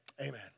Amen